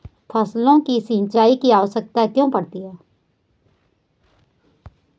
फसलों को सिंचाई की आवश्यकता क्यों पड़ती है?